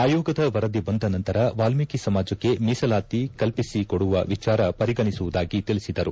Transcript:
ಆಯೋಗದ ವರದಿ ಬಂದ ನಂತರ ವಾಲ್ಮೀಕಿ ಸಮಾಜಕ್ಕೆ ಮೀಸಲಾತಿ ಕಲ್ಪಿಸಿಕೊಡುವ ವಿಚಾರ ಪರಿಗಣಿಸುವುದಾಗಿ ತಿಳಿಸಿದರು